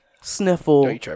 sniffle